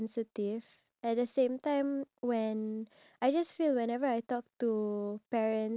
when I want to start a conversation with either one of my my mum or my dad